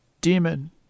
demon